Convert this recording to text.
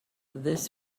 this